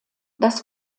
das